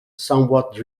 somewhat